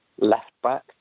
left-back